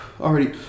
already